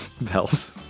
bells